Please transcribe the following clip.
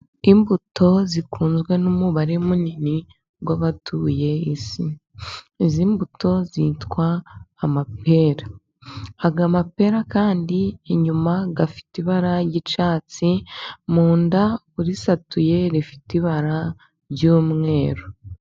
Imbuto zikunzwe n'umubare munini w'abatuye Isi ,izi mbuto zitwa amapera. Aya mapera kandi inyuma afite ibara ry'icyatsi mu nda urisatuye rifite ibara ry'umweru.